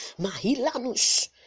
Mahilanus